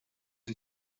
die